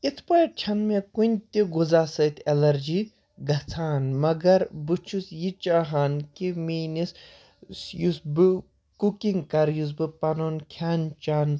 یِتھ پٲٹھۍ چھَنہٕ مےٚ کُنہِ تہِ غُذا سۭتۍ ایٚلَرجی گژھان مگر بہٕ چھُس یہِ چاہان کہِ میٛٲنِس یُس بہٕ کُکِنٛگ کَرٕ یُس بہٕ پَنُن کھیٚن چیٚن